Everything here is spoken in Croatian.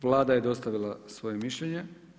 Vlada je dostavila svoje mišljenje.